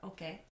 Okay